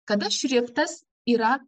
kada šriftas yra